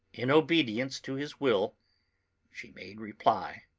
in obedience to his will she made reply